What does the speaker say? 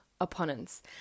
opponents